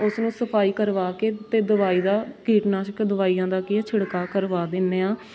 ਉਸਨੂੰ ਸਫ਼ਾਈ ਕਰਵਾ ਕੇ ਅਤੇ ਦਵਾਈ ਦਾ ਕੀਟਨਾਸ਼ਕ ਦਵਾਈਆਂ ਦਾ ਕੀ ਆ ਛਿੜਕਾਅ ਕਰਵਾ ਦਿੰਦੇ ਹਾਂ